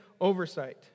oversight